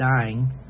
dying